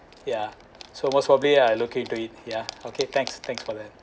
yeah so most probably I looking into it ya okay thanks thanks for that